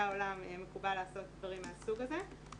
העולם מקובל לעשות דברים מהסוג הזה.